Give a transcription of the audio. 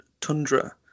tundra